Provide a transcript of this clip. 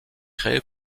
créé